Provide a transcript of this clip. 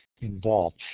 involved